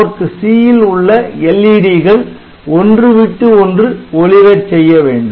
PORT C ல் உள்ள LED கள் ஒன்று விட்டு ஒன்று ஒளிரச் செய்ய வேண்டும்